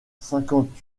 cinquante